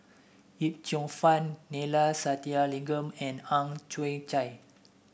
Yip Cheong Fun Neila Sathyalingam and Ang Chwee Chai